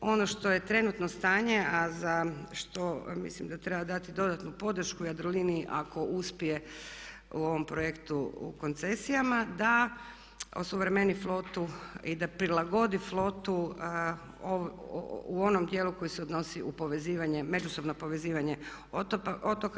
Ono što je trenutno stanje, a za što mislim da treba dati dodatnu podršku Jadroliniji ako uspije u ovom projektu u koncesijama da osuvremeni flotu i da prilagodi flotu u onom dijelu koji se odnosi u povezivanje, međusobno povezivanje otoka.